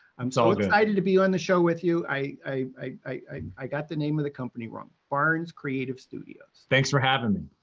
i'm so excited to be on the show with you, i got the name of the company wrong. barnes creative studios. thanks for having me.